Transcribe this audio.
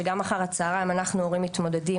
שגם אחר הצהריים אנחנו ההורים מתמודדים,